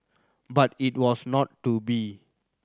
but it was not to be